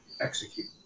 execute